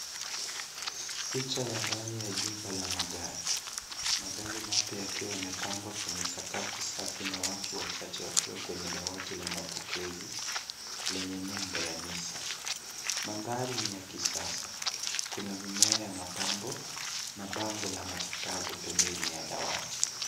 Picha ya ndani ya jumba la magari. Magari mapya yakiwa yamepangwa kwenye sakafu safi na watu wachache wakiwa kwenye dawati la mapokezi lenye nembo ya Nissan. Mandhari ni ya kisasa. Kuna mimea ya mapambo na bango la matangazo pembeni ya dawati.